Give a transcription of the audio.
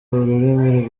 ururimi